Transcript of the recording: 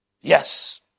Yes